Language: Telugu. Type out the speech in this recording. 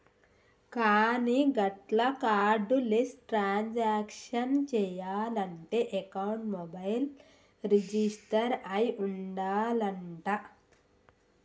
కానీ గట్ల కార్డు లెస్ ట్రాన్సాక్షన్ చేయాలంటే అకౌంట్ మొబైల్ రిజిస్టర్ అయి ఉండాలంట